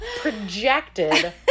projected